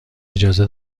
اجازه